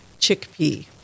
chickpea